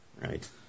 Right